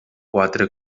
quatre